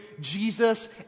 Jesus